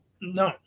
No